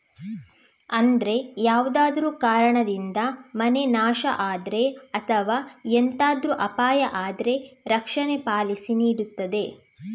ಅಂದ್ರೆ ಯಾವ್ದಾದ್ರೂ ಕಾರಣದಿಂದ ಮನೆ ನಾಶ ಆದ್ರೆ ಅಥವಾ ಎಂತಾದ್ರೂ ಅಪಾಯ ಆದ್ರೆ ರಕ್ಷಣೆ ಪಾಲಿಸಿ ನೀಡ್ತದೆ